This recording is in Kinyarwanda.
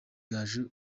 gaju